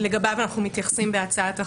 שלגביו אנחנו מתייחסים בהצעת החוק,